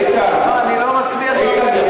איתן, איתן, לא, אני לא מצליח לעמוד בזה.